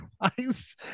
otherwise